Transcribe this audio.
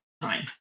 time